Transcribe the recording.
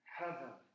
heaven